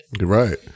Right